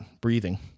breathing